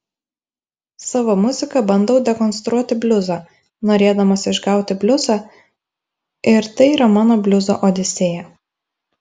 savo muzika bandau dekonstruoti bliuzą norėdamas išgauti bliuzą ir tai yra mano bliuzo odisėja